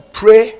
pray